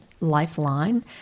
Lifeline